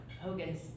Hogan's